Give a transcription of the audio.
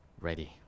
ready